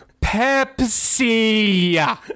Pepsi